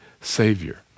savior